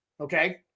Okay